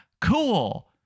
Cool